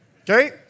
Okay